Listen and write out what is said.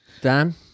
Dan